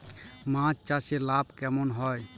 মাছ চাষে লাভ কেমন হয়?